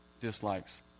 dislikes